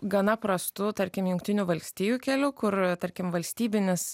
gana prastu tarkim jungtinių valstijų keliu kur tarkim valstybinis